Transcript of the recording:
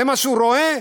זה מה שהוא רואה,